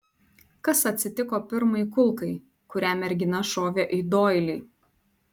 kas atsitiko pirmai kulkai kurią mergina šovė į doilį